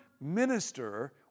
minister